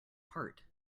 part